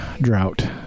drought